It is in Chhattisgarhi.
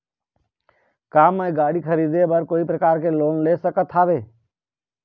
का मैं गाड़ी खरीदे बर कोई प्रकार के लोन ले सकत हावे?